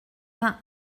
vingt